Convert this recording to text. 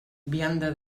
vianda